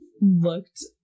Looked